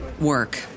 work